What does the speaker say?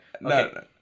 no